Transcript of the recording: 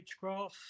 grass